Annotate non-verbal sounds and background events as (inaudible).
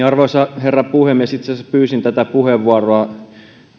(unintelligible) arvoisa herra puhemies itse asiassa pyysin tätä puheenvuoroa